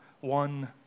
one